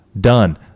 done